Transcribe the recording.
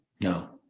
No